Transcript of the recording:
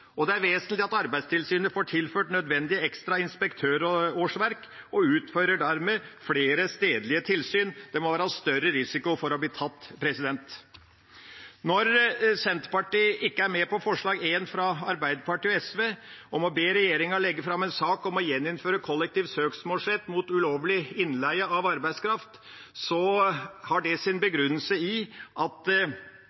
Det er vesentlig at Arbeidstilsynet får tilført nødvendige ekstra inspektørårsverk og dermed kan utføre flere stedlige tilsyn. Det må være større risiko for å bli tatt. Når Senterpartiet ikke er med på forslag nr. 1 fra Arbeiderpartiet og SV, om å be regjeringen legge frem en sak om å gjeninnføre kollektiv søksmålsrett mot ulovlig innleie av arbeidskraft, har det sin